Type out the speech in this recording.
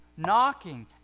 Knocking